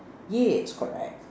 yes correct